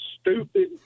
stupid